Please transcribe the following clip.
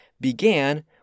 began